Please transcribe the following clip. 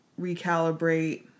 recalibrate